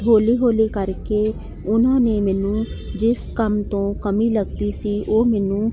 ਹੌਲੀ ਹੌਲੀ ਕਰਕੇ ਉਹਨਾਂ ਨੇ ਮੈਨੂੰ ਜਿਸ ਕੰਮ ਤੋਂ ਕਮੀ ਲੱਗਦੀ ਸੀ ਉਹ ਮੈਨੂੰ